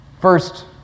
First